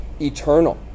eternal